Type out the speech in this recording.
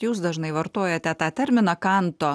jūs dažnai vartojate tą terminą kanto